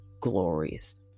glorious